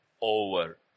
over